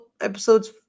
episodes